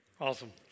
Awesome